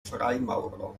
freimaurer